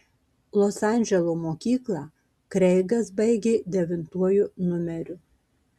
los andželo mokyklą kreigas baigė devintuoju numeriu